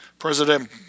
President